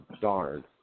darn